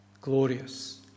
glorious